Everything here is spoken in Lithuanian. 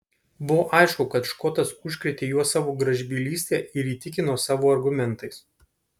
buvo aišku kad škotas užkrėtė juos savo gražbylyste ir įtikino savo argumentais